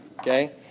Okay